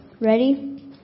Ready